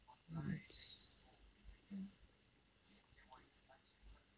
nice